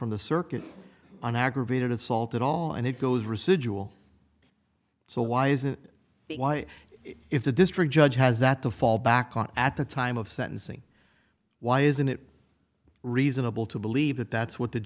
from the circuit an aggravated assault at all and it goes residual so why is it why if the district judge has that to fall back on at the time of sentencing why isn't it reasonable to believe that that's what the